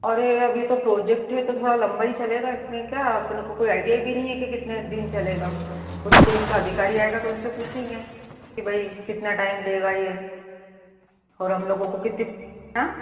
और ये अभी तो प्रोजेक्ट है तो थोड़ा लंबा ही चलेगा इसमें क्या अपने को कोई आईडिया भी नहीं है कि कितने दिन चलेगा वो तो कोई इनका अधिकारी आएगा तो उनसे पूछेंगे कि भाई कितना टाइम लेगा ये और हम लोगों को कितनी हाँ